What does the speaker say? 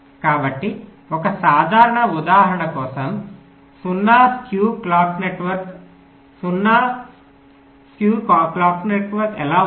కాబట్టి ఒక సాధారణ ఉదాహరణ కోసం 0 స్క్యూ క్లాక్ నెట్వర్క్ ఎలా ఉంటుంది